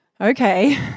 okay